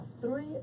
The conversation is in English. three